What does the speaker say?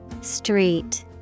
Street